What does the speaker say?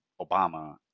Obama